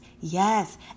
Yes